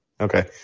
Okay